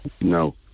No